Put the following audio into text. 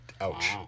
Ouch